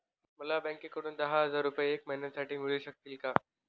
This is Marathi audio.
मला बँकेकडून दहा हजार रुपये एक महिन्यांसाठी मिळू शकतील का?